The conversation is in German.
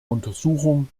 untersuchung